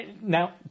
Now